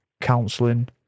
counselling